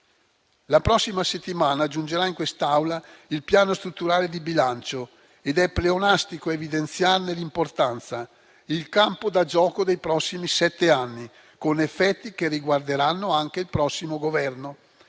La prossima settimana giungerà in quest'Aula il Piano strutturale di bilancio ed è pleonastico evidenziarne l'importanza: sarà il campo da gioco dei prossimi sette anni, con effetti che riguarderanno anche il prossimo Governo.